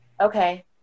Okay